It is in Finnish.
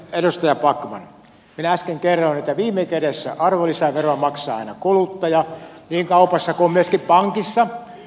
edustaja backman minä äsken kerroin että viime kädessä arvonlisäveroa maksaa aina kuluttaja niin kaupassa kuin myöskin pankissa